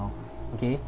okay